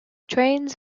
trains